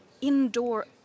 indoor